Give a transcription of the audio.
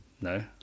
No